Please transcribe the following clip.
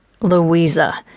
Louisa